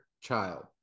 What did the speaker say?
child